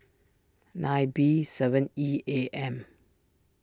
nine B seven E A M